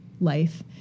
life